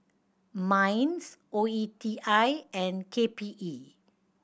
MINDS O E T I and K P E